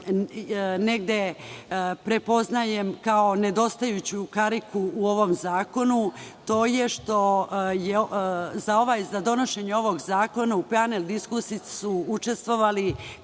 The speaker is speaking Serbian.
negde prepoznajem kao nedostajuću kariku u ovom zakonu, to je što je za donošenje ovog zakona, u glavnoj diskusiji su učestvovali,